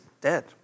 dead